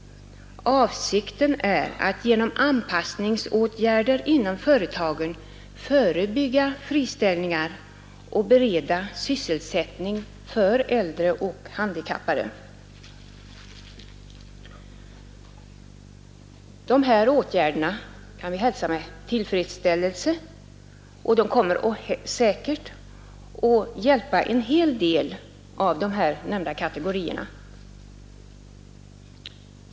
Avsiken är att genom anpassningsåtgärder inom företagen förebygga friställningar och bereda sysselsättning för äldre och handikappade personer. Dessa åtgärder hälsar vi med tillfredsställelse, och de kommer säkert att hjälpa en hel del av de nämnda kategorierna.